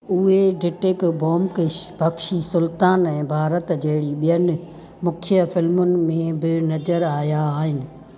उहे डिटैक ब्योमकेश बख्शी सुल्तान ऐं भारत जहिड़ी ॿियनि मुख्य फिल्मुनि में बि नज़र आया आहिनि